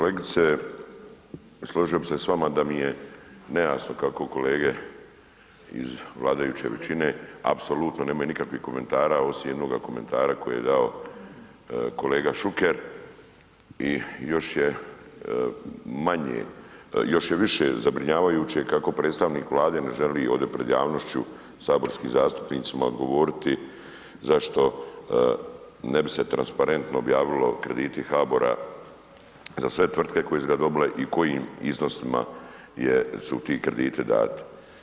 Kolegice, složio bi se s vama da mi je nejasno kako kolege iz vladajuće većine apsolutno nemaju nikakvih komentara osim jednog komentara koji je dao kolega Šuker i još je više zabrinjavajuće kako predstavnik Vlade ne želi ovdje pred javnošću saborskim zastupnicima odgovoriti zašto ne bi se transparentno objavilo krediti HBOR-a za sve tvrtke koje su ga dobile i u kojem iznosima su ti krediti dati.